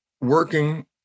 working